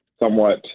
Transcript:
somewhat